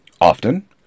Often